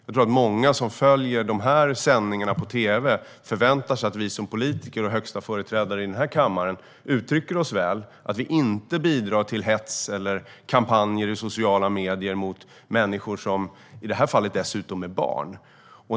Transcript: Jag tror att många som följer den här sändningen på tv förväntar sig att vi som politiker och högsta företrädare i den här kammaren uttrycker oss väl och inte bidrar till hets eller kampanjer i sociala medier mot människor som i det här fallet dessutom är barn.